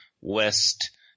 West